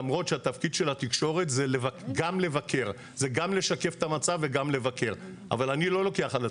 למרות שהתפקיד של התקשורת זה גם לבקר וגם לשקף את המצב.